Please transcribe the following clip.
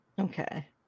okay